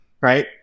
right